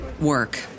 work